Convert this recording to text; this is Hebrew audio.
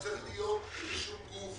צריך להיות איזה גוף